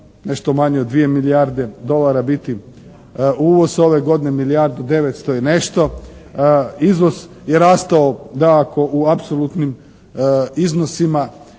nešto manje od dvije milijarde dolara biti uvoz ove godine, milijardu devetsto i nešto. Izvoz je rastao dakako u apsolutnim iznosima